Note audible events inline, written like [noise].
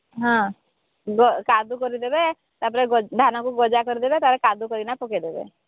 ହଁ [unintelligible] କାଦୁ କରି ଦେବେ ତାପରେ ଗଜା ଧାନକୁ ଗଜା କରି ଦେବେ ତାପରେ କାଦୁ କରି କିନା ପକେଇ ଦେବେ